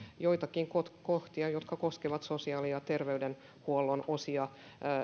joitakin kohtia jotka koskevat sosiaali ja terveydenhuollon osia